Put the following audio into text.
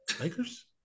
Lakers